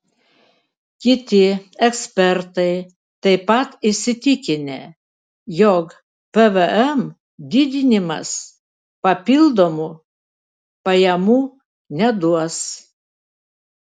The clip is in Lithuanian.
kiti ekspertai taip pat įsitikinę jog pvm didinimas papildomų pajamų neduos